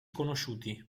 conosciuti